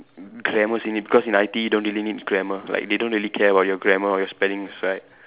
grammars in it because in I_T_E don't really need grammar like they don't really care about your grammar or your spellings right